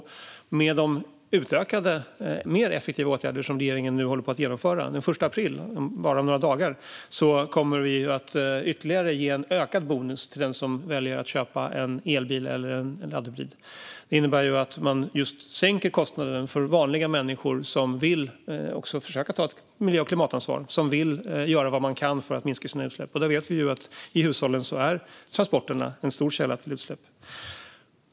Regeringen håller nu på att genomföra utökade och mer effektiva åtgärder. Den 1 april, bara om några dagar, kommer vi att ge en ökad bonus till den som väljer att köpa en elbil eller en laddhybrid. Det innebär att kostnaden sänks för vanliga människor som vill försöka ta miljö och klimatansvar och göra vad de kan för att minska sina utsläpp. I hushållen är transporterna en stor källa till utsläpp.